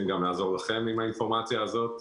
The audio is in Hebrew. גם לעזור לכם עם האינפורמציה הזאת.